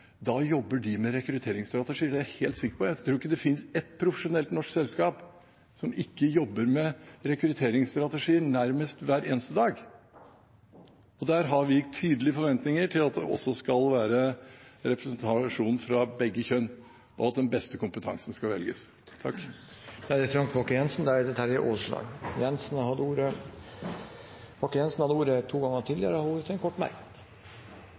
da jobber de med rekrutteringsstrategi. Det er jeg helt sikker på. Jeg tror ikke det finnes et profesjonelt norsk selskap som ikke jobber med rekrutteringsstrategi nærmest hver eneste dag. Der har vi tydelige forventninger til at det også skal være representasjon fra begge kjønn, og den beste kompetansen skal velges. Frank Bakke-Jensen har hatt ordet to ganger tidligere og får ordet til en kort merknad,